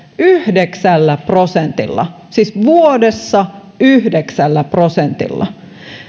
yhdeksällä prosentilla siis vuodessa yhdeksällä prosentilla